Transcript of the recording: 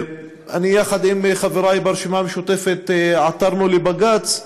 אני, יחד עם חברי ברשימה המשותפת, עתרנו לבג"ץ.